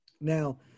Now